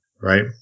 right